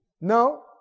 No